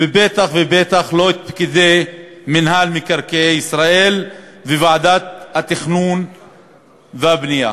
ובטח ובטח לא את פקידי מינהל מקרקעי ישראל וועדת התכנון והבנייה.